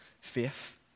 faith